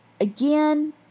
Again